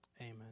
Amen